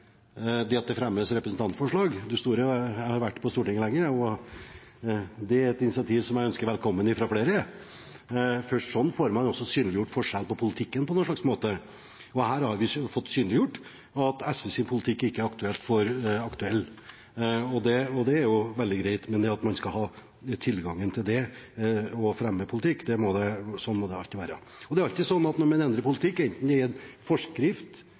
at det skal fremmes representantforslag. Jeg har vært på Stortinget lenge, og det er et initiativ som jeg ønsker velkommen fra flere, for slik får man også synliggjort forskjellene i politikken. Her har vi fått synliggjort at SVs politikk ikke er aktuell, og det er jo veldig greit. Men det må alltid være slik at man skal ha tilgang til det å fremme politikk. Det er alltid slik at når man endrer politikk, enten det er i en forskrift, i en lov eller i en instruks, gir